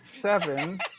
seven